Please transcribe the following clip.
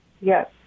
Yes